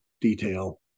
detail